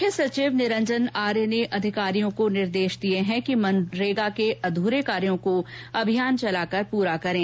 मुख्य सचिव निरंजन आर्य ने अधिकारियों को निर्देश दिये हैं कि मनरेगा के अध्रे कार्यो को अभियान चलाकर पूरा करें